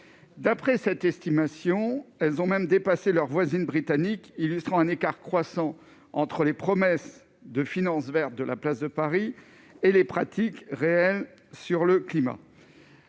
d'après cette estimation, elles ont même dépassé leurs voisines britanniques illustrant un écart croissant entre les promesses de finance verte de la place de Paris et les pratiques réelles sur le climat.